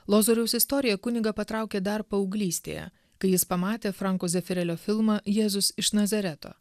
lozoriaus istorija kunigą patraukė dar paauglystėje kai jis pamatė franko zefirelio filmą jėzus iš nazareto